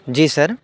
جی سر